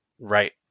Right